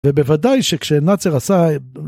ובוודאי שכשנאצר עשה